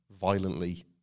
violently